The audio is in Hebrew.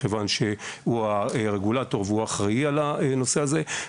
מכיוון שהוא הרגולטור והוא אחראי על הנושא הזה.